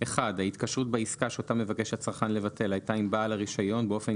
(1)ההתקשרות בעסקה שאותה מבקש הצרכן לבטל הייתה עם בעל הרישיון באופן